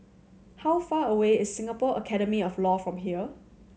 how far away is Singapore Academy of Law from here